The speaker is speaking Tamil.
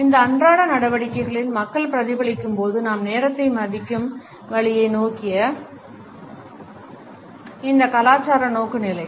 இந்த அன்றாட நடவடிக்கைகளிலும் மக்கள் பிரதிபலிக்கும்போது நாம் நேரத்தை மதிக்கும் வழியை நோக்கிய இந்த கலாச்சார நோக்குநிலைகள்